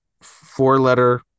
four-letter